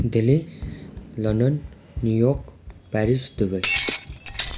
Italy London New York Paris Dubai